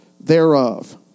thereof